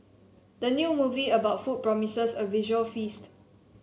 the new movie about food promises a visual feast